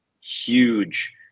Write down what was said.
huge